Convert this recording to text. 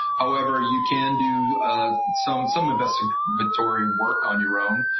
however, you can do ah some some investigatory work on your own.